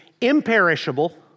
imperishable